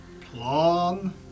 Plan